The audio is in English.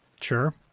Sure